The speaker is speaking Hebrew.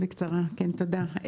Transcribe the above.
בקצרה, כן, תודה.